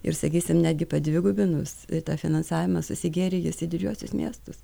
ir sakysim netgi padvigubinus tą finansavimą susigėrė jis į didžiuosius miestus